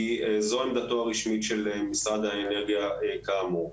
כי זו עמדתו הרשמית של משרד האנרגיה כאמור.